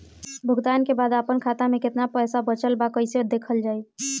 भुगतान के बाद आपन खाता में केतना पैसा बचल ब कइसे देखल जाइ?